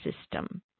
system